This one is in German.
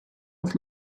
auf